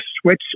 switch